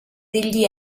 degli